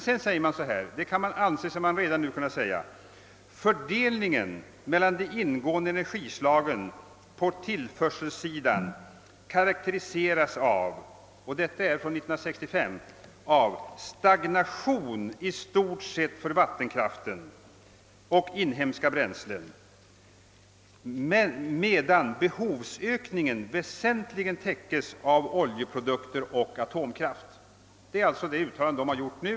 Sedan anser sig emellertid kommittén redan nu kunna säga följande: »Fördelningen mellan de ingående energislagen karakteriseras av» — och detta är från 1965 — »stagnation i stort sett för vattenkraften, inhemska bränslen samt kol och koks medan behovsökningen väsentligen täckes av oljeprodukter och atomkraft.» Det är alltså det uttalande kommittén har gjort nu.